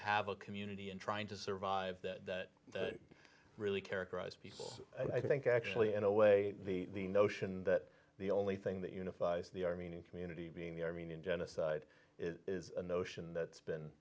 have a community and trying to survive that really characterized i think actually in a way the notion that the only thing that unifies the armenian community being the armenian genocide is a notion that's been